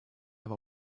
have